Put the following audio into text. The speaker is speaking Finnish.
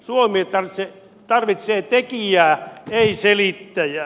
suomi tarvitsee tekijää ei selittäjää